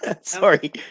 Sorry